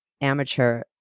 amateur